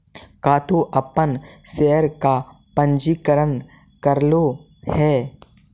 का तू अपन शेयर का पंजीकरण करवलु हे